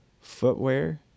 footwear